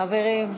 חברים.